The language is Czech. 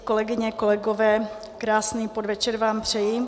Kolegyně, kolegové, krásný podvečer vám přeji.